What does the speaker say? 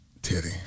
Teddy